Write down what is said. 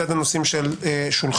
לגבי הנושאים שעל שולחננו.